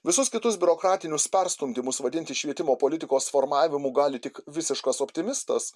visus kitus biurokratinius perstumdymus vadinti švietimo politikos formavimu gali tik visiškas optimistas